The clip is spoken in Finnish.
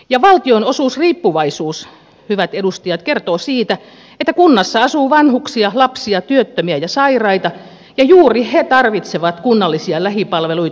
ja valtionosuusriippuvaisuus hyvät edustajat kertoo siitä että kunnassa asuu vanhuksia lapsia työttömiä ja sairaita ja juuri he tarvitsevat kunnallisia lähipalveluita